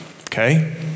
Okay